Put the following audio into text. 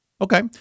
Okay